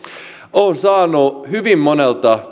olen saanut hyvin monelta